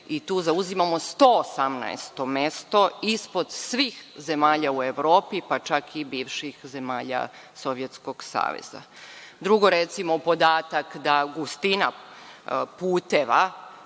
i tu zauzimamo 118. mesto ispod svih zemalja u Evropi, pa čak i bivših zemalja Sovjetskog Saveza. Drugo, recimo podatak da gustina puteva